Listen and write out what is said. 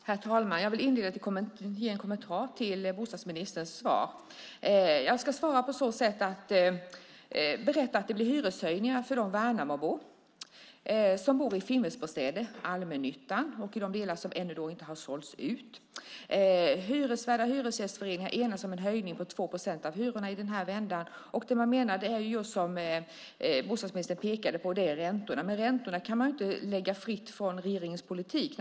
Herr talman! Jag vill inleda med att ge en kommentar till bostadsministerns svar. Jag kan berätta att det kommer att bli hyreshöjningar för de Värnamobor som bor i Finnvedsbostäder, allmännyttan, i de delar som ännu inte har sålts ut. Hyresvärdar och hyresgästföreningar enades om en höjning med 2 procent av hyrorna i den här vändan. Som bostadsministern pekade på beror det på räntorna, men räntorna kan man ju inte frilägga från regeringens politik.